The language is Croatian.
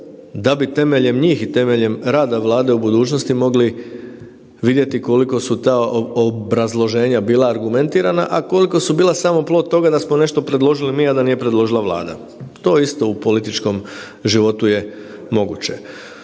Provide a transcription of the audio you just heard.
da bi temeljem njih i temeljem rada Vlade u budućnosti mogli vidjeti koliko su ta obrazloženja bila argumentirana, a koliko su bila samo plod toga da smo nešto predložili mi, a da nije predložila Vlada. To isto u političkom životu je moguće.